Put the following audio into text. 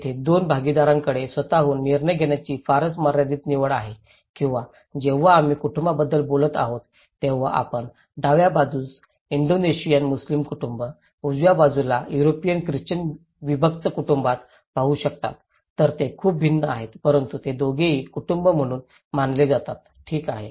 येथे दोन भागीदारांकडे स्वतःहून निर्णय घेण्याची फारच मर्यादीत निवड आहे किंवा जेव्हा आम्ही कुटूंबाबद्दल बोलत आहोत तेव्हा आपण डाव्या बाजूस इंडोनेशियन मुस्लिम कुटुंब उजव्या बाजूला युरोपमधील ख्रिश्चन विभक्त कुटुंबात पाहू शकता तर ते खूप भिन्न आहेत परंतु ते दोघेही कुटुंब म्हणून मानले जातात ठीक आहे